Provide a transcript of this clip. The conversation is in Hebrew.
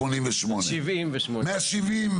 178. דקה שלמה?